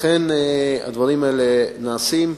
לכן הדברים האלה נעשים.